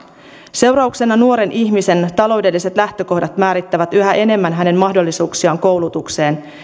seurauksena nuoren ihmisen taloudelliset lähtökohdat määrittävät yhä enemmän hänen mahdollisuuksiaan koulutukseen